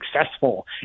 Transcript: successful